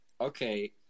okay